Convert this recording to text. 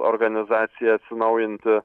organizacijai atsinaujinti